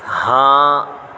ہاں